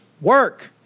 Work